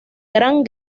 gran